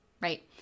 right